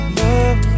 love